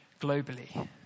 globally